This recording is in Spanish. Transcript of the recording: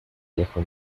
viejo